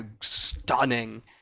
stunning